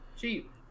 cheap